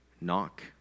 Knock